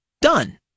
done